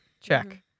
check